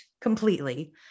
completely